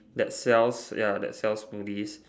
that sells ya that sells smoothies